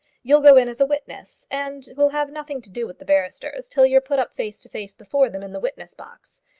you'll go in as a witness, and will have nothing to do with the barristers till you're put up face to face before them in the witness-box.